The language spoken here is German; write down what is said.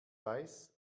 weiß